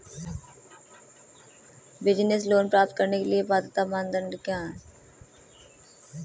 Business loan प्राप्त करने के लिए पात्रता मानदंड क्या हैं?